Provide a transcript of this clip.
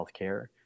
healthcare